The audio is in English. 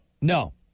No